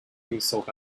himself